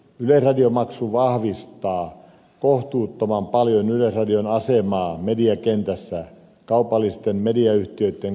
yleisradiomaksu vahvistaa kohtuuttoman paljon yleisradion asemaa mediakentässä kaupallisten mediayhtiöitten kustannuksella